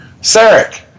Sarek